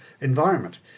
environment